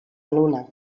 luna